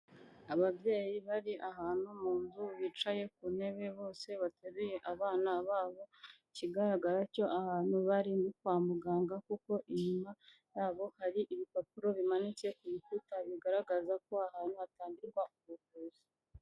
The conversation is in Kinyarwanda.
Ababyeyi bari ahantu mu nzu bicaye ku ntebe bose bateruye abana babo, ikigaragara cyo abantu bari kwa muganga kuko inyuma yabo hari ibipapuro bimanitse ku rukuta bigaragaza ko ahantu hatangirwarwa ubuvuzi.